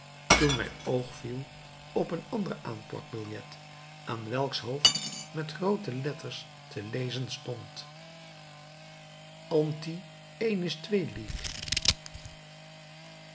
toen mijn oog viel op een ander aanplakbiljet aan welks hoofd met groote letters te lezen stond anti